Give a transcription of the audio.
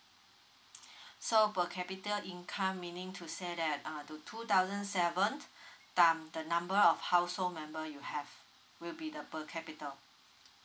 so per capita income meaning to say that up to two thousand seven times the number of household member you have will be the per capita